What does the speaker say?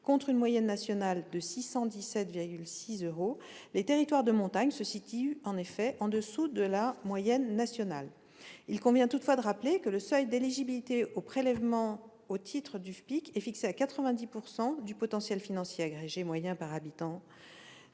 contre une moyenne nationale de 617,61 euros, les territoires de montagne se situent en dessous de la moyenne nationale. Il convient toutefois de rappeler que le seuil d'éligibilité au prélèvement au titre du FPIC est fixé à 90 % du potentiel financier agrégé moyen par habitant,